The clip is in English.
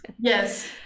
Yes